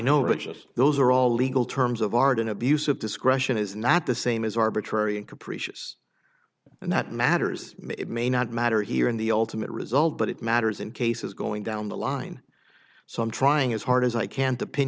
know religious those are all legal terms of art an abuse of discretion is not the same as arbitrary and capricious and that matters may not matter here in the ultimate result but it matters in cases going down the line so i'm trying as hard as i can to pin